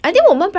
对啊